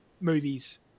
movies –